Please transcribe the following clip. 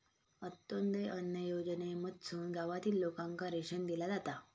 अंत्योदय अन्न योजनेमधसून गावातील लोकांना रेशन दिला जाता